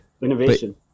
innovation